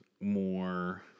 more